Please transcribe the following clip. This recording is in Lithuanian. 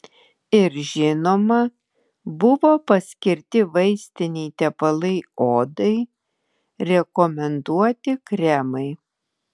ir žinoma buvo paskirti vaistiniai tepalai odai rekomenduoti kremai